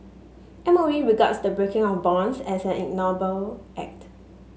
M O E regards the breaking of bonds as an ignoble act